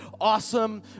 Awesome